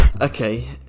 okay